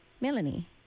Melanie